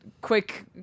quick